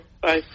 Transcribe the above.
Bye